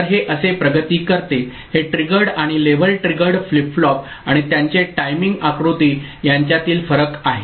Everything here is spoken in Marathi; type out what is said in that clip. तर हे असे प्रगती करते हे ट्रिगर्ड आणि लेव्हल ट्रिगर्ड फ्लिप फ्लॉप आणि त्यांचे टाइमिंग आकृती यांच्यातील फरक आहे